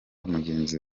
mugenzi